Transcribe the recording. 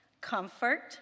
comfort